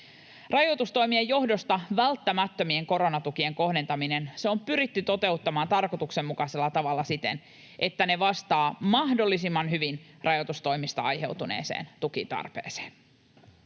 Rajoitustoimien johdosta välttämättömien koronatukien kohdentaminen on pyritty toteuttamaan tarkoituksenmukaisella tavalla siten, että ne vastaavat mahdollisimman hyvin rajoitustoimista aiheutuneeseen tukitarpeeseen.